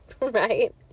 Right